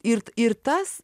ir ir tas